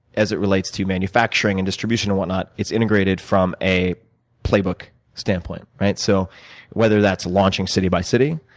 as it relates to manufacturing and distribution, and whatnot, it's integrated from a playbook standpoint. right? so whether that's launching city by city,